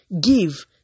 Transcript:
give